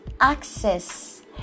access